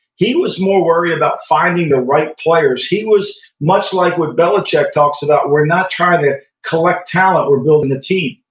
he was more worried about finding the right players. he was much like when belichick talks about we're not trying to collect talent, we're building a team.